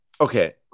okay